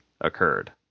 occurred